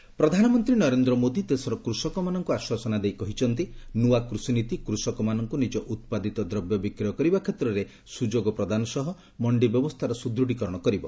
PM farmers bill ପ୍ରଧାନମନ୍ତ୍ରୀ ନରେନ୍ଦ୍ର ମୋଦୀ ଦେଶର କୃଷକମାନଙ୍କୁ ଆଶ୍ୱାସନା ଦେଇ କହିଛନ୍ତି ନୂଆ କୃଷିନୀତି କୂଷକମାନଙ୍କୁ ନିଜ ଉତ୍ପାଦିତ ଦ୍ରବ୍ୟ ବିକ୍ରୟ କରିବା କ୍ଷେତ୍ରରେ ସୁଯୋଗ ପ୍ରଦାନ ସହ ମଣ୍ଡି ବ୍ୟବସ୍ଥାର ସୁଦୃଢ଼ିକରଣ କରିବ